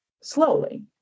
slowly